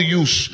use